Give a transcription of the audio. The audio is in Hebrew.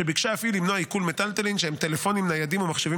שביקשה אף היא למנוע עיקול מיטלטלין שהם טלפונים ניידים ומחשבים